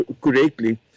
correctly